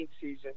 season